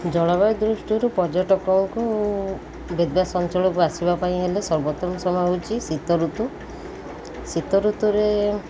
ଜଳବାୟୁ ଦୃଷ୍ଟିରୁ ପର୍ଯ୍ୟଟକଙ୍କୁ ବେଦ୍ବ୍ୟାସ୍ ଅଞ୍ଚଳକୁ ଆସିବା ପାଇଁ ହେଲେ ସର୍ବୋତମ ସମୟ ହେଉଛି ଶୀତ ଋତୁ ଶୀତ ଋତୁରେ